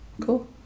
Cool